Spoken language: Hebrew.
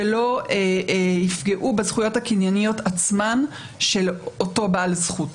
שלא יפגעו בזכויות הקנייניות עצמן של אותו בעל זכות.